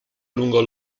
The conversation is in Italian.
lungo